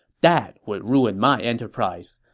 that would ruin my enterprise.